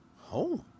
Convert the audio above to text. home